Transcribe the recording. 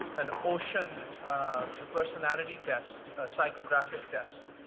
an ocean personality test, ah psychographic test,